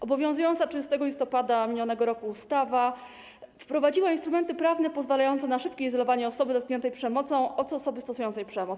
Obowiązująca od 30 listopada minionego roku ustawa wprowadziła instrumenty prawne pozwalające na szybkie izolowanie osoby dotkniętej przemocą od osoby stosującej przemoc.